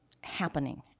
happening